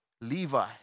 Levi